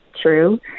true